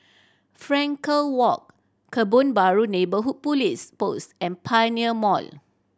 Frankel Walk Kebun Baru Neighbourhood Police Post and Pioneer Mall